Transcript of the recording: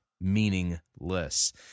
meaningless